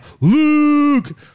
Luke